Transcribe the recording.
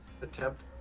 attempt